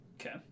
Okay